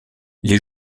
les